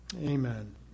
amen